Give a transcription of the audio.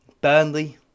Burnley